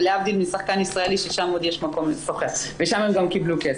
ולהבדיל משחקן ישראלי ששם עוד יש מקום לשוחח ושם הם גם קיבלו כסף,